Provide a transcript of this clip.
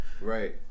Right